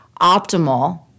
optimal